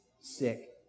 sick